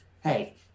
hey